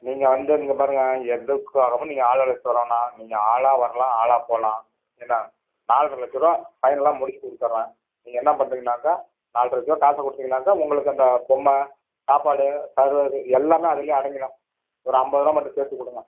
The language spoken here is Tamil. நீங்கள் அந்த இந்த பாருங்க எதுக்காகவும் நீங்கள் ஆள் அழைச்சிட்டு வரவேணாம் நீங்கள் ஆளாக வரலாம் ஆளாக போகலாம் என்ன நால்ரை லட்ச ரூபா ஃபைனல்லா முடிச்சுக் கொடுத்தர்றேன் நீங்கள் என்ன பண்ணுறீங்கன்னாக்கா நால்ரை லட்ச ரூபா காச கொடுத்தீங்கன்னாக்க உங்களுக்கு அந்த பொம்மை சாப்பாடு சர்வரு எல்லாமே அதுலேயே அடங்கிரும் ஒரு ஐம்பது ரூபா மட்டும் சேர்த்து கொடுங்க